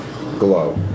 glow